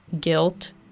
guilt